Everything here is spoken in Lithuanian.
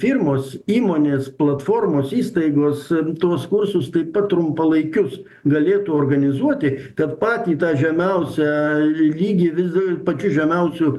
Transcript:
firmos įmonės platformos įstaigos tuos kursus taip pat trumpalaikius galėtų organizuoti kad patį žemiausią lygį visgi pačiu žemiausiu